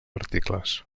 articles